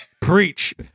preach